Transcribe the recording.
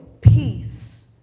peace